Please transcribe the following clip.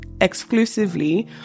exclusively